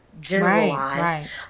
generalize